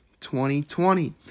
2020